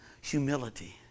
humility